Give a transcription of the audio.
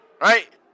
Right